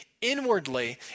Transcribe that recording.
inwardly